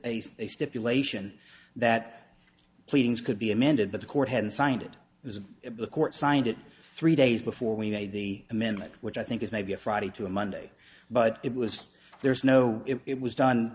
a stipulation that pleadings could be amended but the court hadn't signed it is the court signed it three days before we made the amendment which i think is maybe a friday to a monday but it was there's no it was done